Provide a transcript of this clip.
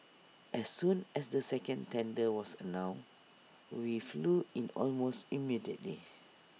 as soon as the second tender was announced we flew in almost immediately